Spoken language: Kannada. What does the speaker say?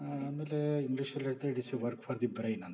ಆಮೇಲೆ ಇಂಗ್ಲೀಷಲ್ಲಿ ಹೇಳ್ತಾರೆ it is a work for the brain ಅಂತ